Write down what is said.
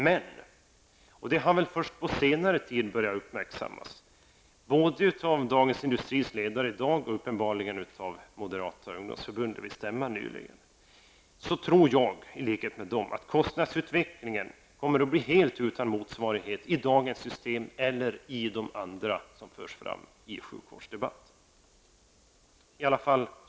Men jag tror -- och detta har väl först på senare tid börjat uppmärksammas, både i Dagens Industris ledare i dag och uppenbarligen även av moderata ungdomsförbundet vid stämman nyligen -- att kostnadsutvecklingen kommer att bli helt utan motsvarighet i dagens system eller i de andra system som föreslås i sjukvårdsdebatten.